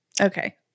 Okay